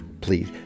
please